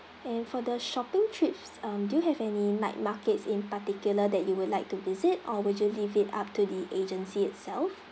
and for the shopping trips um do you have any night markets in particular that you would like to visit or would you leave it up to the agency itself